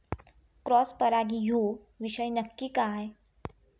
Cross परागी ह्यो विषय नक्की काय?